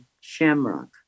shamrock